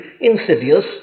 insidious